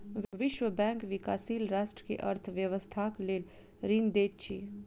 विश्व बैंक विकाशील राष्ट्र के अर्थ व्यवस्थाक लेल ऋण दैत अछि